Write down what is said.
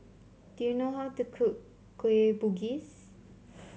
do you know how to cook Kueh Bugis